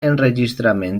enregistrament